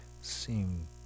seem